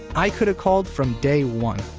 i could've called from day one.